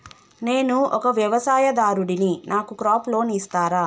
నేను ఒక వ్యవసాయదారుడిని నాకు క్రాప్ లోన్ ఇస్తారా?